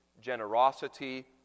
generosity